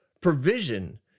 provision